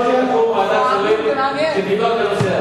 הסכמנו שתקום ועדת שרים שתבדוק את הנושא הזה.